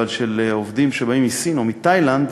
של עובדים שבאים מסין או מתאילנד